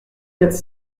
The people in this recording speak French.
quatre